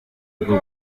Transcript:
rugo